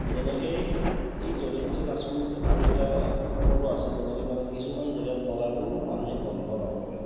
যেনেকৈয়ে এই জলসিঞ্চন আঁচনিৰ আৰু এটা কুফলো আছে যেনেকৈ মানে কিছুমান জেগাত নলাটো মানুহে বন্ধ নকৰে